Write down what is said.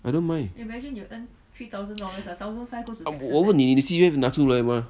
I don't mind 我问你你的 C_P_F 拿出来吗